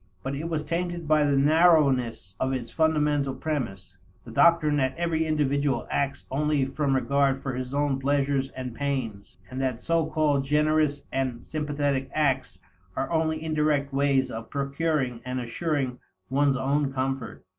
but it was tainted by the narrowness of its fundamental premise the doctrine that every individual acts only from regard for his own pleasures and pains, and that so-called generous and sympathetic acts are only indirect ways of procuring and assuring one's own comfort.